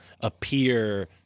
appear